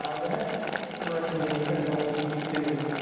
ah the next recommendation relates to